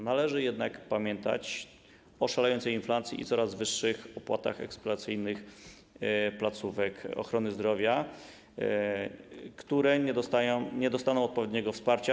Należy jednak pamiętać o szalejącej inflacji i coraz wyższych opłatach eksploatacyjnych placówek ochrony zdrowia, które nie dostaną odpowiedniego wsparcia.